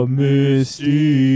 misty